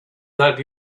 that